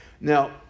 Now